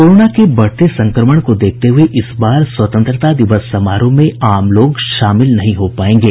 corona के बढ़ते संक्रमण को देखते हुये इस बार स्वतंत्रता दिवस समारोह में आम लोग शामिल नहीं हो पायेंगे